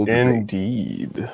indeed